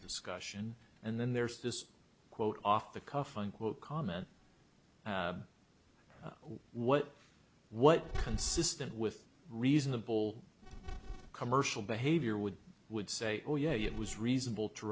discussion and then there's this quote off the cuff comment what what consistent with reasonable commercial behavior would would say oh yeah it was reasonable to